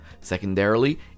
Secondarily